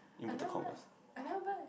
I never buy I never buy